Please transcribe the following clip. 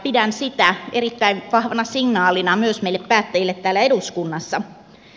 pidän sitä erittäin vahvana signaalina myös meille päättäjille täällä eduskunnassa